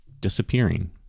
disappearing